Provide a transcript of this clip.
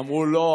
אמרו: לא,